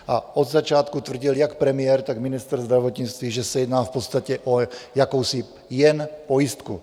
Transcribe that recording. A od začátku tvrdil jak premiér, tak ministr zdravotnictví, že se jedná v podstatě o jakousi jen pojistku.